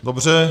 Dobře.